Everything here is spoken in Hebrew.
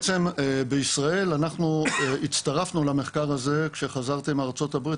בישראל אנחנו הצטרפנו למחקר הזה כשחזרתי מארצות הברית,